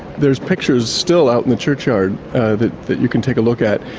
there's pictures still out in the churchyard that you can take a look at,